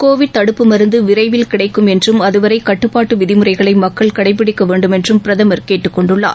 Covid தடுப்பு மருந்து விரைவில் கிடைக்கும் என்றும் அதுவரை கட்டுப்பாட்டு விதிமுறைகளை மக்கள் கடைபிடிக்க வேண்டும் என்றும் பிரதமர் கேட்டுக் கொண்டுள்ளார்